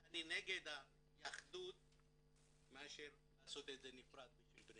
שאני נגד --- מאשר לעשות את זה נפרד בשביל בני